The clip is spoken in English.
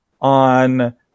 On